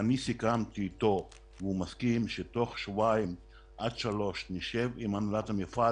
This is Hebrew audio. סיכמתי אתו שתוך שבועיים עד שלושה נשב עם הנהלת המפעל